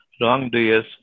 wrongdoers